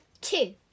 Two